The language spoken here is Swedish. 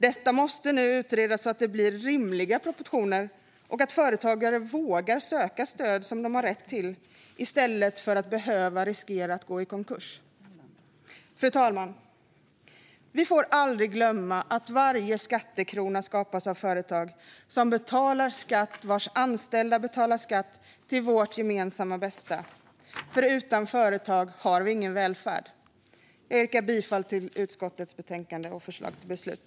Detta måste nu utredas, så att det blir rimliga proportioner och så att företagare vågar söka stöd de har rätt till i stället för att riskera att gå i konkurs. Fru talman! Vi får aldrig glömma att varje skattekrona skapas av företag som betalar skatt och vars anställda betalar skatt till vårt gemensamma bästa. Utan företag har vi ingen välfärd. Jag yrkar bifall till utskottets förslag till beslut.